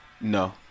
No